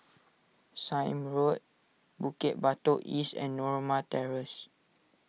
Sime Road Bukit Batok East and Norma Terrace